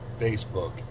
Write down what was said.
Facebook